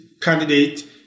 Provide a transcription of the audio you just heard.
candidate